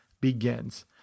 begins